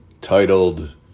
titled